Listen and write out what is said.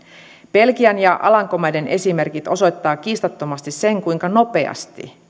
belgian ja alankomaiden esimerkit osoittavat kiistattomasti sen kuinka nopeasti